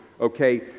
okay